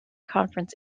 conference